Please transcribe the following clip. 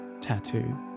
tattoo